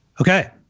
Okay